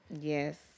Yes